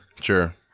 Sure